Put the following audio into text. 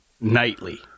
nightly